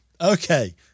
Okay